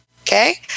Okay